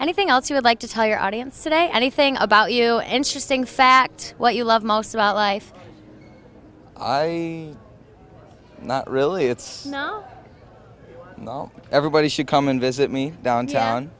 anything else you would like to tell your audience today anything about you entrusting fact what you love most about life i really it's everybody should come and visit me downtown